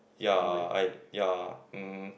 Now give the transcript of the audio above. ya I ya mm